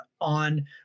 on